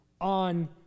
on